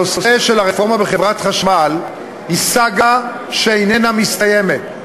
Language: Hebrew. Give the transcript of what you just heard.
הנושא של הרפורמה בחברת חשמל הוא סאגה שאיננה מסתיימת.